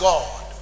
God